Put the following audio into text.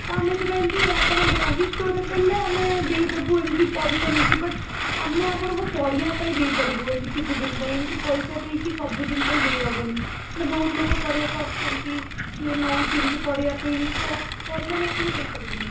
ତ ଆମେ ସେଇଟା ଏମିତି ଆପଣ ବହି ଷ୍ଟୋର୍ରେ କହିଲେ ଆମେ ଦେଇଦେବୁ ଏମିତି ପଇସା ନେଇକି ବଟ୍ ଆମେ ଆପଣଙ୍କ ପଢିବା ପାଇଁ ଦେଇ ପାରିବୁ ଏମିତି କିଛିଦିନ ପାଇଁ ଏମିତି ପଇସା ଦେଇକି ସବୁଦିନ ପାଇଁ ଦେଇ ହେବନି କାହିଁକି ନା ବହୁତ ଲୋକ ପଢି଼ବାକୁ ଆସୁଛନ୍ତି କିଏ ନେଉଛି ଏମିତି ପଢି଼ବା ପାଇଁ ତ ପରମାନେଣ୍ଟଲି ଦେଇପାରିବୁନି